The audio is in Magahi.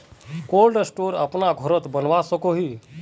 कोल्ड स्टोर अपना घोरोत बनवा सकोहो ही?